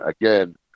again